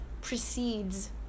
precedes